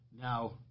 Now